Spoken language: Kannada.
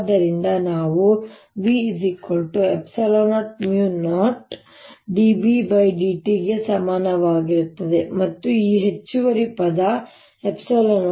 ಆದ್ದರಿಂದ ನಾವು v ε0 μ0 dBdt ಗೆ ಸಮಾನವಾಗಿರುತ್ತದೆ ಮತ್ತು ಈ ಹೆಚ್ಚುವರಿ ಪದ ε0 dEdt